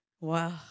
wow